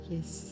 Yes